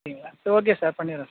அப்படிங்களா சரி okay sir பண்ணிடுறேன்